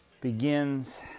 begins